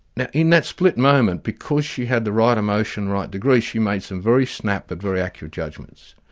now in that split moment because she had the right emotion, right degree, she made some very snap but very accurate judgements.